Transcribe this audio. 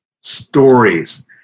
Stories